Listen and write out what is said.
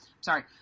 sorry